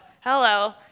Hello